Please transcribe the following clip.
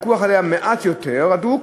הפיקוח עליה מעט יותר הדוק.